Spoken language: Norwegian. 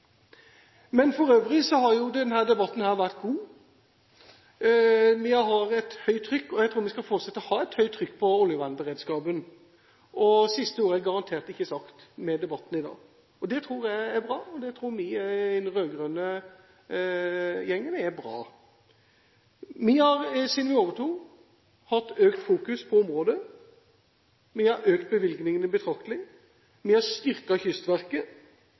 For øvrig har denne debatten vært god. Vi har et høyt trykk, og jeg tror vi skal fortsette å ha et høyt trykk på oljevernberedskapen. Og siste ord er garantert ikke sagt med debatten i dag. Det tror jeg er bra, og det tror vi i den rød-grønne gjengen er bra. Siden vi overtok, har vi hatt økt fokus på området. Vi har økt bevilgningene betraktelig. Vi har styrket Kystverket,